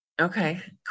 Okay